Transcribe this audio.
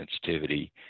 sensitivity